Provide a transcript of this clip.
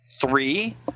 Three